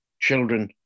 children